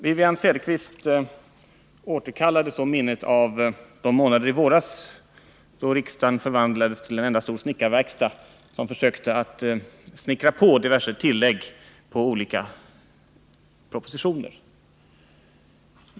Wivi-Anne Cederqvist återkallade så minnet av de månader i våras då riksdagen förvandlades till en enda stor snickarverkstad, som försökte snickra på diverse tillägg till olika propositioner.